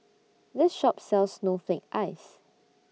This Shop sells Snowflake Ice